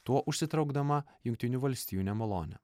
tuo užsitraukdama jungtinių valstijų nemalonę